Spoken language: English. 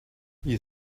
you